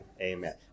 Amen